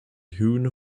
hewn